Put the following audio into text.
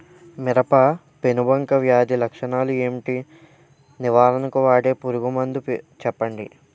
మిరప పెనుబంక వ్యాధి లక్షణాలు ఏంటి? నివారణకు వాడే పురుగు మందు చెప్పండీ?